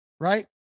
Right